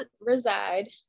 reside